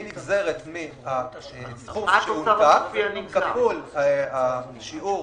שנגזרת מהסכום כפול השיעור